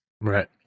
Right